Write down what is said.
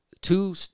two